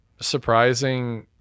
surprising